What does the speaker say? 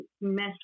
mess